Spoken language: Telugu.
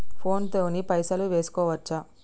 ఫోన్ తోని పైసలు వేసుకోవచ్చా?